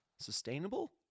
sustainable